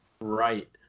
Right